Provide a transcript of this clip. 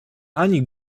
ani